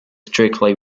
strictly